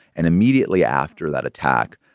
and immediately after that attack,